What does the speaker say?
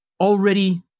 already